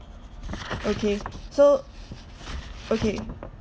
okay so okay